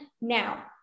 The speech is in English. now